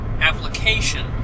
application